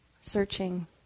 searching